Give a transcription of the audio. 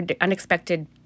unexpected